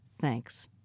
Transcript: Thanks